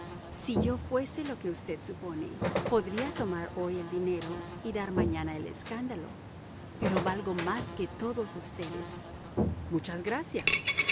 si yo fuese lo que usted supone podría tomar hoy el dinero y dar mañana el escándalo pero valgo más que todos ustedes